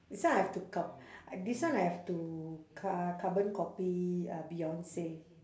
this one I have to carb~ this one I have to car~ carbon copy uh beyonce